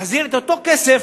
תחזיר את אותו כסף,